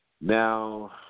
Now